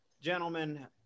Gentlemen